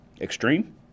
Extreme